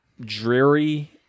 dreary